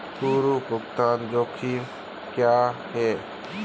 पूर्व भुगतान जोखिम क्या हैं?